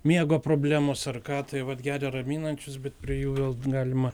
miego problemos ar ką tai vat geria raminančius bet prie jų vėl galima